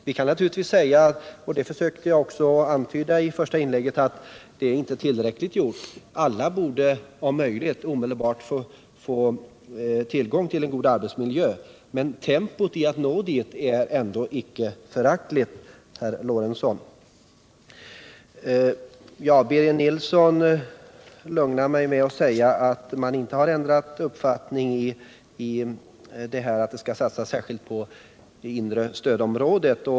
Man kan naturligtvis säga — vilket jag antydde i mitt första inlägg — att satsningen ändå inte är tillräcklig. Alla borde om möjligt omedelbart få tillgång till en god arbetsmiljö, men tempot i att nå dit är ändå inte föraktligt, herr Lorentzon. Birger Nilsson lugnade mig med att säga att hans parti inte har ändrat uppfattning om att det skall satsas särskilt på det inre stödområdet.